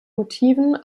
motiven